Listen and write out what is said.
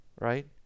right